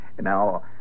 Now